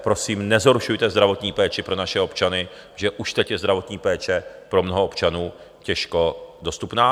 Prosím nezhoršujte zdravotní péči pro naše občany, protože už teď je zdravotní péče pro mnoho občanů těžko dostupná.